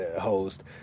host